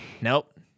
nope